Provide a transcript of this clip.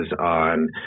on